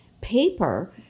paper